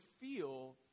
feel